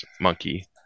Monkey